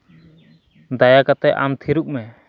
ᱫᱟᱭᱟ ᱠᱟᱛᱮᱫ ᱟᱢ ᱛᱷᱤᱨᱚᱜ ᱢᱮ